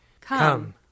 Come